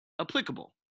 applicable